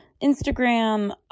Instagram